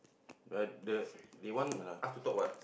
what the they want us to talk what